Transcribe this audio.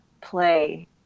play